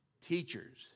teachers